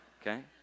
Okay